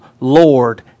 Lord